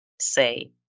say